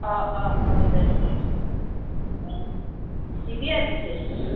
অঁ অঁ হ'ব দে পিছে অঁ দিবি আ পিছে